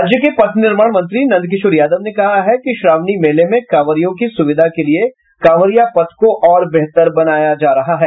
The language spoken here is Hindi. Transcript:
राज्य के पथ निर्माण मंत्री नंदकिशोर यादव ने कहा कि श्रावणी मेले में कांवरियों की सुविधा के लिए कांवरियां पथ को और बेहतर बनाया जायेगा